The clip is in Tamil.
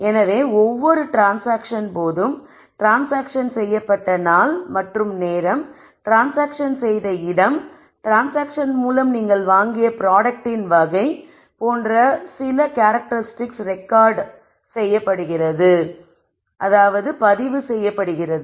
எனவே ஒவ்வொரு ட்ரான்ஸ்சாங்க்ஷன் போதும் ட்ரான்ஸ்சாங்க்ஷன் செய்யப்பட்ட நாள் மற்றும் நேரம் ட்ரான்ஸ்சாங்க்ஷன் செய்த இடம் ட்ரான்ஸ்சாங்க்ஷன் மூலம் நீங்கள் வாங்கிய ப்ராடக்ட்டின் வகை போன்ற சில கேரக்டெரிஸ்டிக்ஸ் ரெக்கார்ட் செய்யப்படுகிறது